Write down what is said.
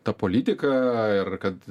ta politika ir kad